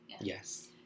yes